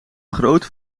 groot